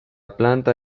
planta